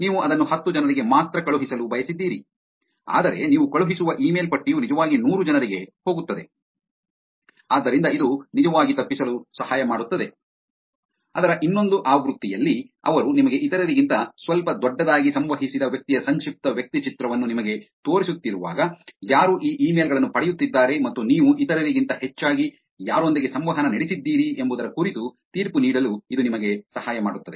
ನೀವು ಅದನ್ನು ಹತ್ತು ಜನರಿಗೆ ಮಾತ್ರ ಕಳುಹಿಸಲು ಬಯಸಿದ್ದೀರಿ ಆದರೆ ನೀವು ಕಳುಹಿಸುವ ಇಮೇಲ್ ಪಟ್ಟಿಯು ನಿಜವಾಗಿ ನೂರು ಜನರಿಗೆ ಹೋಗುತ್ತದೆ ಆದ್ದರಿಂದ ಇದು ನಿಜವಾಗಿ ತಪ್ಪಿಸಲು ಸಹಾಯ ಮಾಡುತ್ತದೆ ಅದರ ಇನ್ನೊಂದು ಆವೃತ್ತಿಯಲ್ಲಿ ಅವರು ನಿಮಗೆ ಇತರರಿಗಿಂತ ಸ್ವಲ್ಪ ದೊಡ್ಡದಾಗಿ ಸಂವಹಿಸಿದ ವ್ಯಕ್ತಿಯ ಸಂಕ್ಷಿಪ್ತ ವ್ಯಕ್ತಿಚಿತ್ರವನ್ನು ನಿಮಗೆ ತೋರಿಸುತ್ತಿರುವಾಗ ಯಾರು ಈ ಇಮೇಲ್ ಗಳನ್ನು ಪಡೆಯುತ್ತಿದ್ದಾರೆ ಮತ್ತು ನೀವು ಇತರರಿಗಿಂತ ಹೆಚ್ಚಾಗಿ ಯಾರೊಂದಿಗೆ ಸಂವಹನ ನಡೆಸಿದ್ದೀರಿ ಎಂಬುದರ ಕುರಿತು ತೀರ್ಪು ನೀಡಲು ಇದು ನಿಮಗೆ ಸಹಾಯ ಮಾಡುತ್ತದೆ